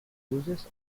bruises